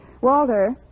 Walter